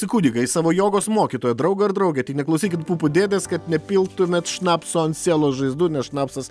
į kunigą į savo jogos mokytoją draugą ar draugę tik neklausykit pupų dėdės kad nepiltumėt šnapso ant sielos žaizdų nes šnapsas